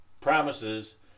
promises